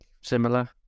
Similar